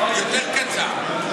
יותר קצר.